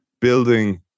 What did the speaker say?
building